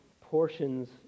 portions